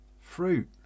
fruit